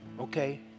okay